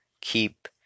keep